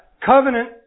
covenant